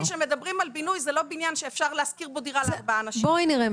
כשמדברים על בינוי זה לא בניין שאפשר להשכיר בו דירה לארבעה אנשים.